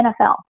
NFL